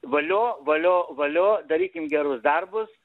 valio valio valio darykim gerus darbus